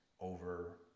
over